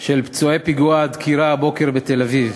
של פצועי פיגוע הדקירה הבוקר בתל-אביב,